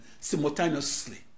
simultaneously